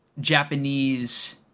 Japanese